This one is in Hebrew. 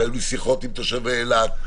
והיו לי שיחות עם תושבי אילת,